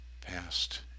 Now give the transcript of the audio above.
past